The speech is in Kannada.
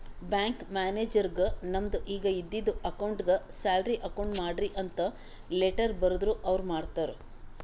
ಬ್ಯಾಂಕ್ ಮ್ಯಾನೇಜರ್ಗ್ ನಮ್ದು ಈಗ ಇದ್ದಿದು ಅಕೌಂಟ್ಗ್ ಸ್ಯಾಲರಿ ಅಕೌಂಟ್ ಮಾಡ್ರಿ ಅಂತ್ ಲೆಟ್ಟರ್ ಬರ್ದುರ್ ಅವ್ರ ಮಾಡ್ತಾರ್